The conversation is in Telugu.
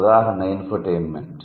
ఉదాహరణ ఇన్ఫోటైన్మెంట్